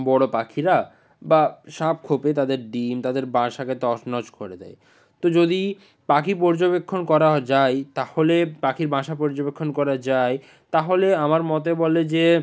বড় পাখিরা বা সাপখোপে তাদের ডিম তাদের বাসাকে তছনছ করে দেয় তো যদি পাখি পর্যবেক্ষণ করা যায় তাহলে পাখির বাসা পর্যবেক্ষণ করা যায় তাহলে আমার মতে বলে যে